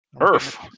earth